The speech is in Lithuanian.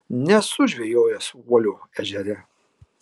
nesu žvejojęs uolio ežere